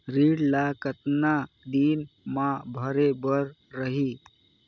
ऋण ला कतना दिन मा भरे बर रही?